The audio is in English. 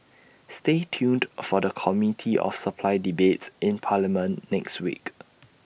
stay tuned for the committee of supply debates in parliament next week